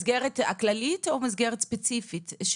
מסגרת כללית או מסגרת ספציפית?